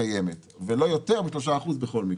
הקיימת ולא יותר מ-3% בכל מקרה.